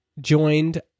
joined